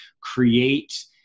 create